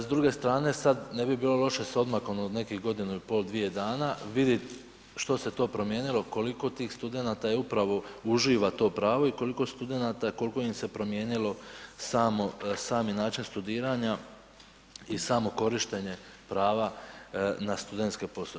S druge strane sad ne bi bilo loše s odmakom od nekih godinu i pol, dvije dana vidjet što se to promijenilo, koliko tih studenata upravo uživa to pravo i koliko studenata, koliko im se promijenilo samo, sami način studiranja i samo korištenje prava na studentske poslove.